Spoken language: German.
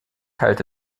halte